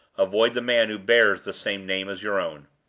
avoid the man who bears the same name as your own.